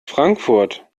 frankfurt